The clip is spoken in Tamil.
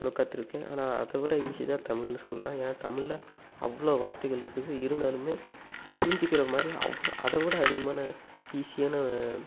ஓரளவுக்கு கற்றுருக்கன் ஆனால் அதை விட ஈஸி தான் தமிழ்ன்னு சொல்லலாம் ஏன்னா தமிழில் அவ்வளோ வார்த்தைகள் இருக்குது இருந்தாலுமே புரிஞ்சிக்கிற மாதிரி அவ்வளோ அதை விட அதிகமான ஈஸியான